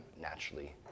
naturally